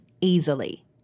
easily